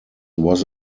was